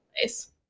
place